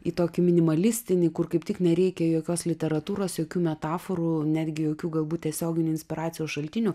į tokį minimalistinį kur kaip tik nereikia jokios literatūros jokių metaforų netgi jokių galbūt tiesioginių inspiracijos šaltinių